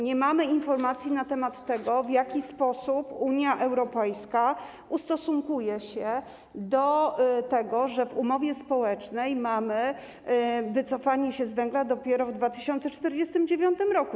Nie mamy informacji na temat tego, w jaki sposób Unia Europejska ustosunkuje się do tego, że w umowie społecznej mamy wycofanie się z węgla dopiero w 2049 r.